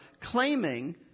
claiming